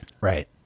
Right